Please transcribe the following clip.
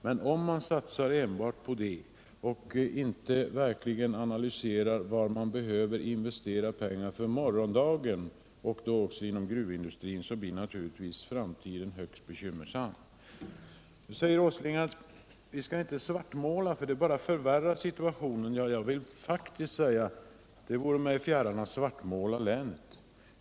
Men om man satsar enbart på det utan att analysera var man verkligen behöver investera pengarna för morgondagen — och då också inom gruvindustrin — blir framtiden naturligtvis högst bekymmersam. Så säger Nils Åsling att vi inte skall svartmåla, eftersom det bara förvärrar situationen. Det vare mig fjärran att svartmåla länet!